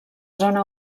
zona